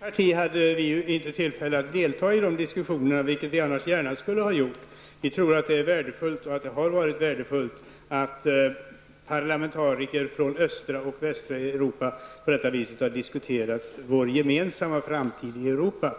parti hade vi inte tillfälle att delta i de diskussionerna, vilket vi annars gärna skulle ha gjort. Vi tror att det har varit värdefullt att parlamentariker från östra och västra Europa på detta vis har diskuterat vår gemensamma framtid i Europa.